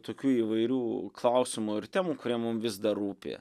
tokių įvairių klausimų ir temų kurie mum vis dar rūpi